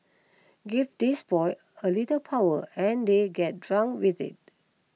give these boys a little power and they get drunk with it